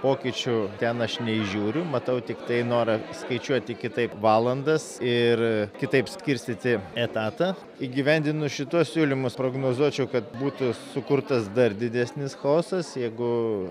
pokyčių ten aš neįžiūriu matau tiktai norą skaičiuoti kitaip valandas ir kitaip skirstyti etatą įgyvendinus šituos siūlymus prognozuočiau kad būtų sukurtas dar didesnis chaosas jeigu